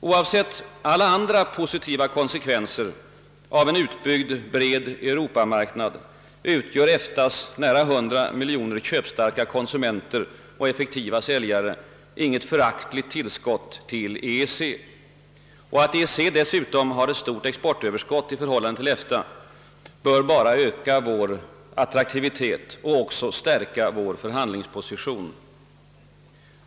Oavsett alla andra positiva verkningar av en utbyggd bred europamarknad utgör EFTA:s nära 100 miljoner köpstarka konsumenter och effektiva säljare inget föraktligt tillskott till EEC. Att EEC dessutom har ett stort exportöverskott i förhållande till EFTA bör bara öka vår attraktivitet och stärka vår förhandlingsposition.